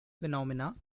phenomena